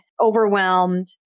overwhelmed